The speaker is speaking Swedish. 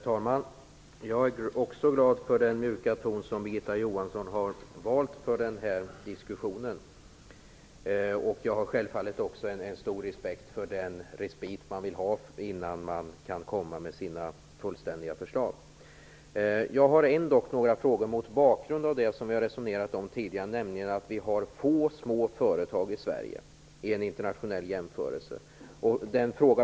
Herr talman! Jag är också glad för den mjuka ton som Birgitta Johansson har valt för den här diskussionen. Jag har självfallet också en stor respekt för den respit man vill ha innan man kan komma med fullständiga förslag. Jag har ändå några frågor mot bakgrund av det som vi har resonerat om tidigare, nämligen att vi har få små företag i Sverige i en internationell jämförelse.